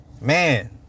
Man